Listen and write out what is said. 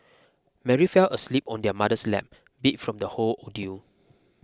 Mary fell asleep on her mother's lap beat from the whole ordeal